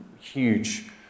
huge